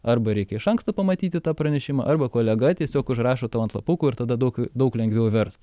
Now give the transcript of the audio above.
arba reikia iš anksto pamatyti tą pranešimą arba kolega tiesiog užrašo tau ant lapukų ir tada daug daug lengviau verst